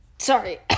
sorry